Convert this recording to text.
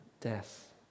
death